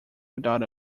without